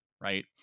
right